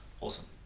Awesome